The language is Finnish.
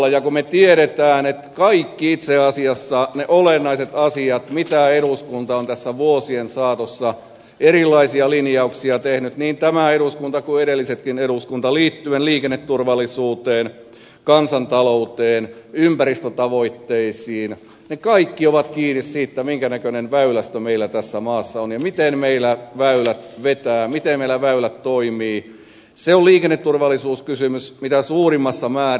ja kun me tiedämme että itse asiassa kaikki olennaiset asiat mitä eduskunta on tässä vuosien saatossa erilaisia linjauksia tehnyt niin tämä eduskunta kuin edellisetkin eduskunnat liittyen liikenneturvallisuuteen kansantalouteen ympäristötavoitteisiin ovat kiinni siitä minkä näköinen väylästö meillä tässä maassa on ja miten meillä väylät vetävät miten meillä väylät toimivat se on liikenneturvallisuuskysymys mitä suurimmassa määrin